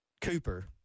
Cooper